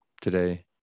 today